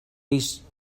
ace